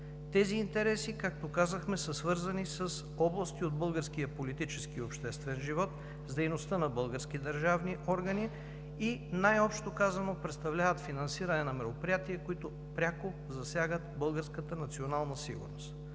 Тези интереси, както казахме, са свързани с области от българския политически и обществен живот, с дейността на български държавни органи и най-общо казано представляват финансиране на мероприятия, които пряко засягат българската национална сигурност.